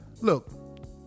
Look